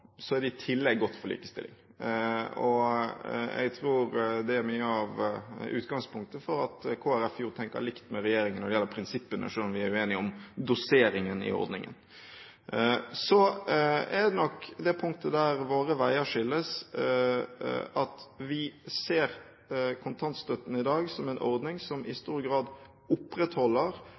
Så er det i tillegg godt for likestilling. Jeg tror det er mye av utgangspunktet for at Kristelig Folkeparti tenker likt med regjeringen når det gjelder prinsippene, selv om vi er uenige om doseringen i ordningen. Det punktet der våre veier skilles, er nok at vi ser kontantstøtten i dag som en ordning som i stor grad opprettholder